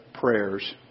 prayers